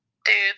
Dude